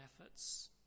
efforts